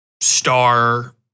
star